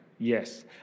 Yes